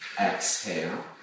exhale